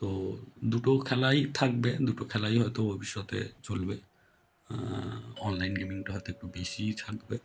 তো দুটো খেলাই থাকবে দুটো খেলাই হয়তো ভবিষ্যতে চলবে অনলাইন গেমিংটা হয়তো একটু বেশিই থাকবে